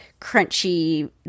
crunchy